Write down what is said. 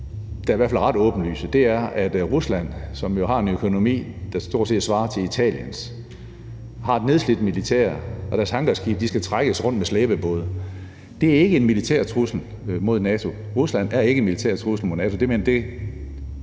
der i hvert fald er ret åbenlyse. Og det er, at Rusland, som jo har en økonomi, der stort set svarer til Italiens, har et nedslidt militær, og deres hangarskibe skal trækkes rundt med slæbebåde. Det er ikke en militær trussel mod NATO; Rusland er ikke en militær trussel mod Nato. Det er en ret